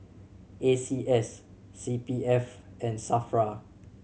A C S C P F and SAFRA